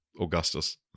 Augustus